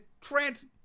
trans